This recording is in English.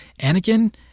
Anakin